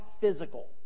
physical